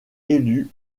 élus